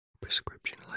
prescription